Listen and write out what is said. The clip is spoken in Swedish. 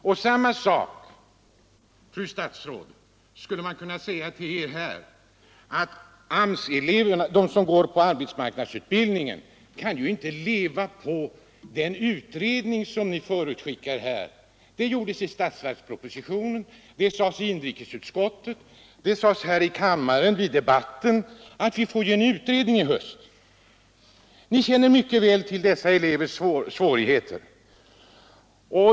På samma sätt, fru statsråd, skulle man kunna säga till Er, att de som går på arbetsmarknadsutbildning inte kan leva på den utredning som Ni förutskickar. Det stod i statsverkspropositionen, det sades i inrikesutskottet, det sades här i kammaren vid debatten att vi får en utredning i höst. Ni känner mycket väl till dessa elevers svårigheter.